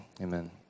Amen